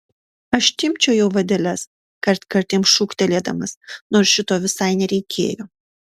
aš timpčiojau vadeles kartkartėm šūktelėdamas nors šito visai nereikėjo